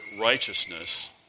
righteousness